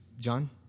John